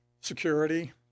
security